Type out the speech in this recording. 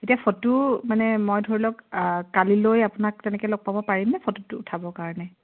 এতিয়া ফটো মানে মই ধৰি লওক কালিলৈ আপোনাক তেনেকে লগ পাব পাৰিম নে ফটো উঠাবৰ কাৰণে